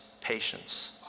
patience